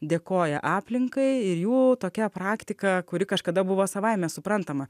dėkoja aplinkai ir jų tokia praktika kuri kažkada buvo savaime suprantama